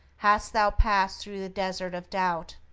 hast thou passed through the desert of doubt?